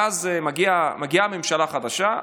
ואז מגיעה ממשלה חדשה.